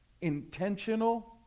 intentional